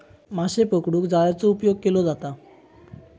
माशे पकडूक जाळ्याचा उपयोग केलो जाता